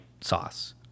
sauce